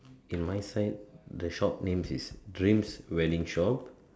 in my side the shop names is dreams wedding shop